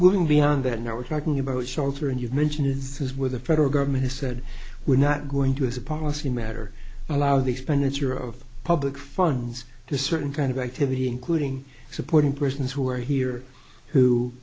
doing beyond that now we're talking about shelter and you've mentioned is is with the federal government has said we're not going to it's a policy matter allow the expenditure of public funds to certain kind of activity including supporting persons who are here who